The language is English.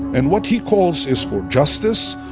and what he calls is for justice,